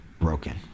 broken